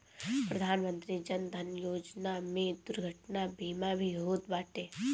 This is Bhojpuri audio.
प्रधानमंत्री जन धन योजना में दुर्घटना बीमा भी होत बाटे